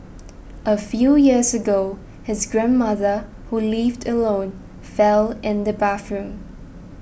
a few years ago his grandmother who lived alone fell in the bathroom